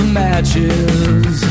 matches